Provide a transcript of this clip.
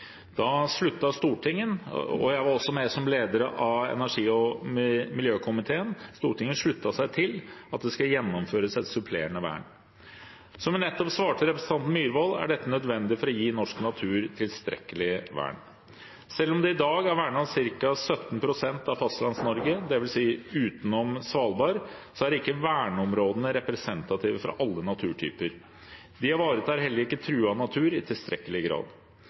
Da sluttet Stortinget seg til – og jeg var som leder av energi- og miljøkomiteen også med på det – at det skal gjennomføres et begrenset supplerende vern. Som jeg nettopp svarte representanten Myhrvold, er dette nødvendig for å gi norsk natur tilstrekkelig vern. Selv om det i dag er vernet ca. 17 pst. av Fastlands-Norge, dvs. utenom Svalbard, er ikke verneområdene representative for alle naturtyper. De ivaretar heller ikke truet natur i tilstrekkelig grad.